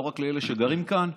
לא רק לאלה שגרים כאן,